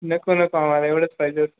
नको नको आम्हाला एवढंच पाहिजे